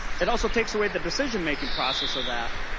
it also takes away the decision-making process of that.